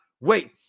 wait